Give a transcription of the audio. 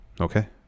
Okay